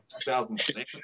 2006